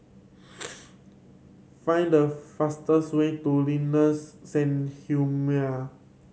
find the fastest way to Sanhemiao